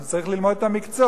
הוא צריך ללמוד את המקצוע.